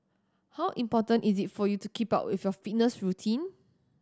how important is it for you to keep up with your fitness routine